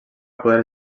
poder